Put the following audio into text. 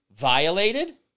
violated